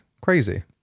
crazy